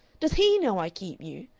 does he know i keep you.